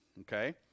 Okay